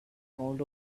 called